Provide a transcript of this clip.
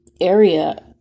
area